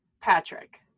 Patrick